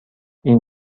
این